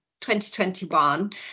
2021